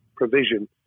provision